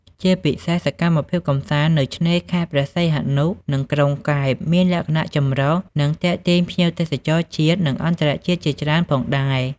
ជាពិសេសសកម្មភាពកម្សាន្តនៅឆ្នេរខេត្តព្រះសីហនុ និងក្រុងកែបមានលក្ខណៈចម្រុះ និងទាក់ទាញភ្ញៀវទេសចរជាតិ និងអន្តរជាតិជាច្រើនផងដែរ។